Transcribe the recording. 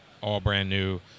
all-brand-new